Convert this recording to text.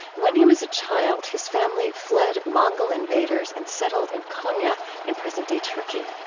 when he was a child, his family fled mongol invaders and settled in konya in present-day turkey.